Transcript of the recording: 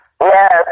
yes